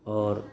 और